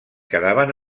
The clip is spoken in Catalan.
quedaven